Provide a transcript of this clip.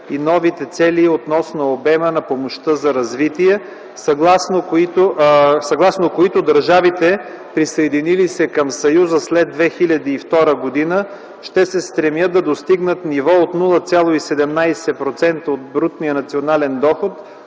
и новите цели относно обема на помощта за развитие, съгласно които държавите, присъединили се към Съюза след 2002 г., ще се стремят да достигнат ниво от 0,17% от брутния национален доход,